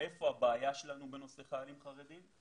היכן הבעיה שלנו בנושא חיילים חרדים,